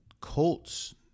Colts